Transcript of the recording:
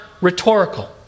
rhetorical